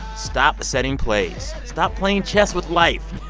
stop setting plays. stop playing chess with life.